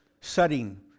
setting